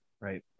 right